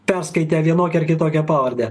perskaitę vienokią ar kitokią pavardę